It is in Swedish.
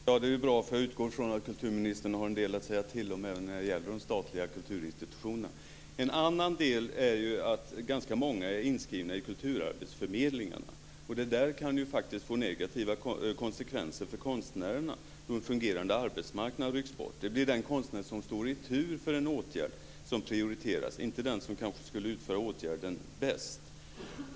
Fru talman! Det är ju bra, för jag utgår från att kulturministern har en del att säga till om även när det gäller de statliga kulturinstitutionerna. En annan del är ju att ganska många är inskrivna i kulturarbetsförmedlingarna. Det kan ju faktiskt få negativa konsekvenser för konstnärerna då en fungerande arbetsmarknad rycks bort. Det blir den konstnär som står i tur för en åtgärd som prioriteras, inte den som kanske skulle utföra åtgärden bäst.